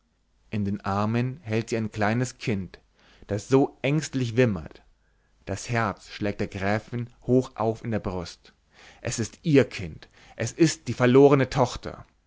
in den armen hält sie ein kleines kind das so ängstlich wimmert das herz schlägt der gräfin hoch auf in der brust es ist ihr kind es ist die verlorne tochter